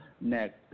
next